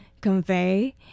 convey